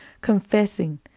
confessing